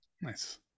Nice